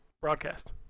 broadcast